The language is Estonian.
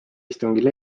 istungil